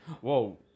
whoa